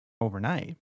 overnight